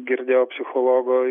girdėjau psichologo